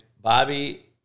Bobby